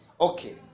Okay